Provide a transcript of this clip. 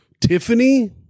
Tiffany